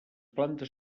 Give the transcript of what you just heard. plantes